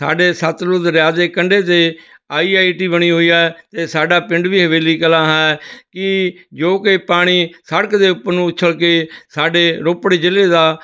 ਸਾਡੇ ਸਤਲੁਜ ਦਰਿਆ ਦੇ ਕੰਢੇ 'ਤੇ ਆਈ ਆਈ ਟੀ ਬਣੀ ਹੋਈ ਹੈ ਅਤੇ ਸਾਡਾ ਪਿੰਡ ਵੀ ਹਵੇਲੀ ਕਲਾਂ ਹੈ ਕੀ ਜੋ ਕਿ ਪਾਣੀ ਸੜਕ ਦੇ ਉੱਪਰ ਨੂੰ ਉੱਛਲ ਕੇ ਸਾਡੇ ਰੋਪੜ ਜ਼ਿਲ੍ਹੇ ਦਾ